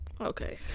okay